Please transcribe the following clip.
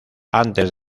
antes